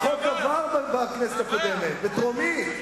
החוק עבר בכנסת הקודמת בקריאה טרומית.